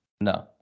No